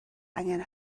angen